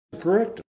Correct